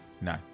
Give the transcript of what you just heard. No